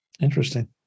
Interesting